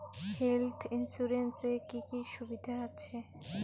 Health insurance এ কি কি সুবিধা আছে?